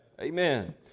Amen